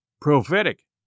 Prophetic